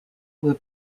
will